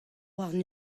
warn